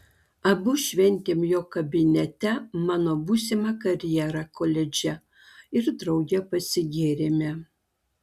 abu šventėm jo kabinete mano būsimą karjerą koledže ir drauge pasigėrėme